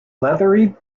leathery